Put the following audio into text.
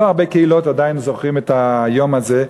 לא הרבה קהילות עדיין זוכרות את היום הזה,